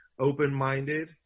Open-minded